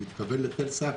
הוא מתכוון לתל סאקי.